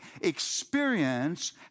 experience